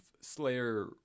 slayer